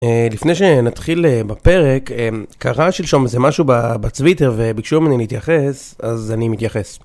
לפני שנתחיל בפרק, קרה שלשום איזה משהו בטוויטר וביקשו ממני להתייחס, אז אני מתייחס.